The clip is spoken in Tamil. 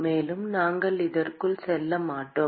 மேலும் நாம்இதற்குள் செல்ல மாட்டோம்